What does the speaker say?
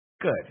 good